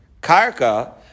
karka